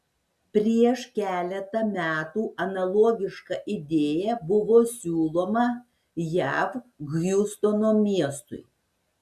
prieš keletą metų analogiška idėja buvo siūloma jav hjustono miestui